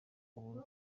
uhuru